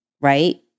right